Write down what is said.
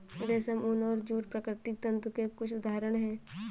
रेशम, ऊन और जूट प्राकृतिक तंतु के कुछ उदहारण हैं